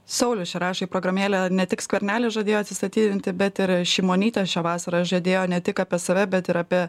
saulius čia rašė į programėlę ne tik skvernelis žadėjo atsistatydinti bet ir šimonytė šią vasarą žadėjo ne tik apie save bet ir apie